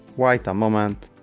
wait a moment